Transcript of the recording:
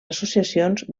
associacions